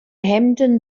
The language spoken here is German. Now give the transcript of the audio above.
hemden